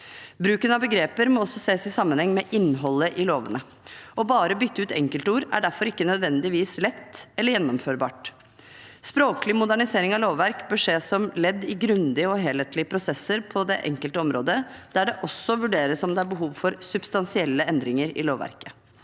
Bruken av begreper må også ses i sammenheng med innholdet i lovene. Å bare bytte ut enkeltord er derfor ikke nødvendigvis lett eller gjennomførbart. Språklig modernisering av lovverk bør ses som ledd i grundige og helhetlige prosesser på det enkelte område, der det også vurderes om det er behov for substansielle endringer i lovverket.